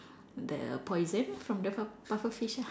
the poison from the puff~ pufferfish ah